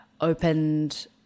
opened